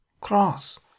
cross